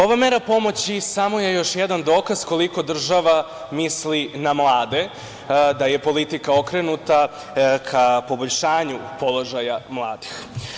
Ova mera pomoći samo je još jedan dokaz koliko država misli na mlade, da je politika okrenuta ka poboljšanju položaja mladih.